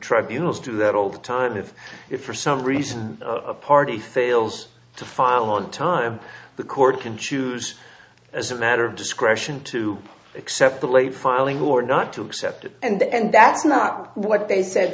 tribunals do that all the time if if for some reason a party thales to file on time the court can choose as a matter of discretion to accept the late filing who are not to accept it and that's not what they said